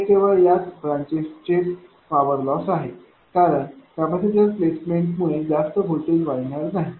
इथे केवळ याच ब्रांचेसचेच पॉवर लॉस आहे कारण कॅपेसिटर प्लेसमेंटमुळे जास्त व्होल्टेज वाढणार नाही